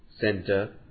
Center